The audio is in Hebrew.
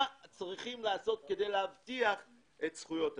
צריכים לעשות כדי להבטיח את זכויות הציבור.